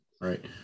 Right